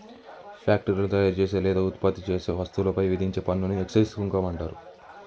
ఫ్యాక్టరీలో తయారుచేసే లేదా ఉత్పత్తి చేసే వస్తువులపై విధించే పన్నుని ఎక్సైజ్ సుంకం అంటరు